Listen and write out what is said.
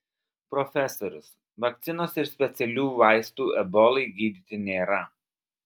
profesorius vakcinos ir specialių vaistų ebolai gydyti nėra